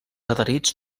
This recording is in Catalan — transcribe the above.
adherits